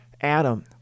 Adam